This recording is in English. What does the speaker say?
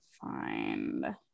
find